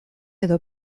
edo